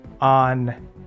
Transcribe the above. on